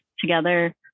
together